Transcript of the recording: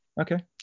okay